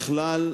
בכלל,